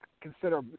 consider